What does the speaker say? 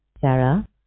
Sarah